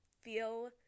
feel